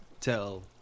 tell